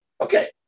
Okay